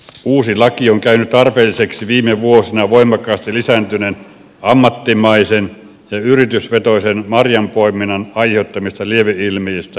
uusi laki on käynyt tarpeelliseksi viime vuosina voimakkaasti lisääntyneen ammattimaisen ja yritysvetoisen marjanpoiminnan aiheuttamista lieveilmiöistä johtuen